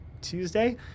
Tuesday